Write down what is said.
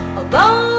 alone